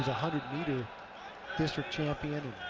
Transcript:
ah hundred meter district champion